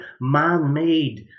man-made